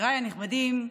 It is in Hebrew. חבריי הנכבדים,